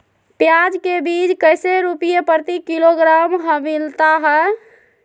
प्याज के बीज कैसे रुपए प्रति किलोग्राम हमिलता हैं?